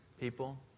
people